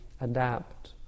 adapt